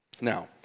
Now